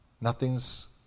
Nothing's